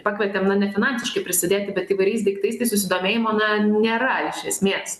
pakvietė mane finansiškai prisidėti bet įvairiais daiktais tai susidomėjimo na nėra iš esmės